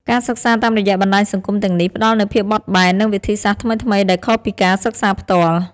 ការសិក្សាតាមរយៈបណ្ដាញសង្គមទាំងនេះផ្តល់នូវភាពបត់បែន និងវិធីសាស្ត្រថ្មីៗដែលខុសពីការសិក្សាផ្ទាល់។